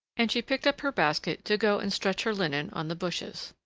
and she picked up her basket to go and stretch her linen on the bushes.